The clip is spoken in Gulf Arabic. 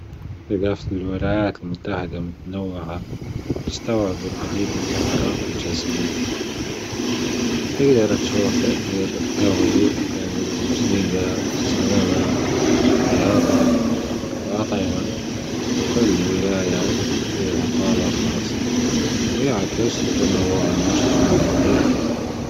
تداخل الولايات المتحدة المتنوعة تستوعب العديد من الأعراق والجنسيات تجدر تشوف تأثير جوي والموسجى سينما رياضة الأطعمة وكل ولاية فيها طابع خاص ويعكس تنوع المجتمع الأمريكي